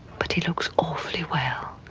but he looks awfully well